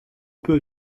peu